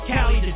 Cali